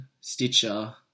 Stitcher